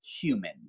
human